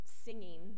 Singing